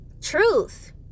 truth